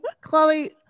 Chloe